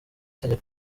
itegeko